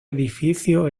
edificio